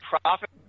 profit